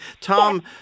Tom